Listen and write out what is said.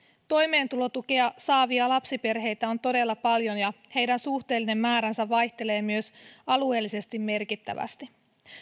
toimeentulotukea saavia lapsiperheitä on todella paljon ja heidän suhteellinen määränsä vaihtelee myös alueellisesti merkittävästi